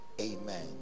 amen